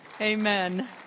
Amen